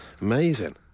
Amazing